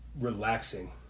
relaxing